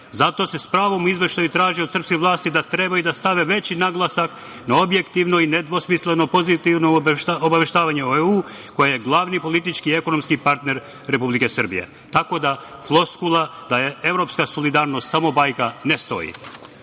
Zato se s pravom u izveštaju traži od srpske vlasti da trebaju da stave veći naglasak na objektivno i nedvosmisleno pozitivno obaveštavanje o EU, koja je glavni politički i ekonomski partner Republike Srbije. Tako da, floskula da je evropska solidarnost samo bajka ne